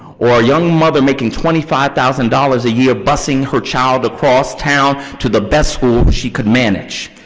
or a young mother making twenty five thousand dollars a year busing her child across town to the best school she can manage,